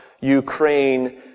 Ukraine